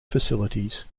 facilities